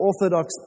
orthodox